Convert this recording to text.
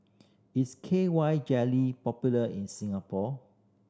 is K Y Jelly popular in Singapore